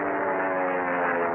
and